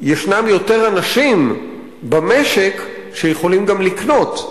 ישנם יותר אנשים במשק שיכולים גם לקנות,